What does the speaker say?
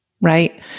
Right